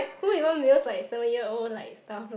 who even mails like seven year old like stuff lah